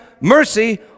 mercy